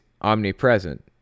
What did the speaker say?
omnipresent